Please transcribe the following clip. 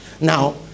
Now